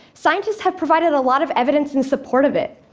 scientists have provided a lot of evidence in support of it.